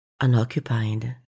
unoccupied